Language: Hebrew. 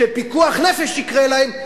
שפיקוח נפש יקר להם,